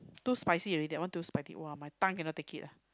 too spicy already that one too spicy !wah! my tongue cannot take it ah